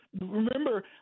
Remember